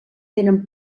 tenen